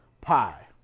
pie